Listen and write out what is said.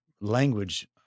language